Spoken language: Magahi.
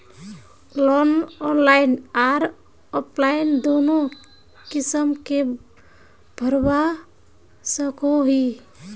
लोन ऑनलाइन आर ऑफलाइन दोनों किसम के भरवा सकोहो ही?